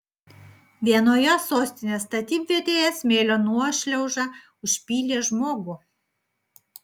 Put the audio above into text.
vienoje sostinės statybvietėje smėlio nuošliauža užpylė žmogų